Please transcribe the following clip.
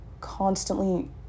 constantly